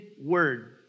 word